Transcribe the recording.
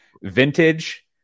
vintage